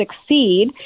succeed